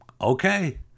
Okay